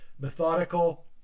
methodical